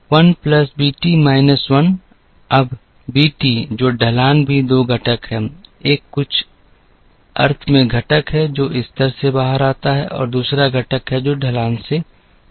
1 plus BT minus 1 अब BT जो ढलान भी 2 घटक हैं एक कुछ अर्थ में घटक है जो स्तर से बाहर आता है और दूसरा घटक है जो ढलान से बाहर आता है